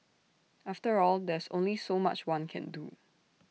after all there's only so much one can do